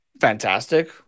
fantastic